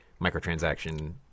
microtransaction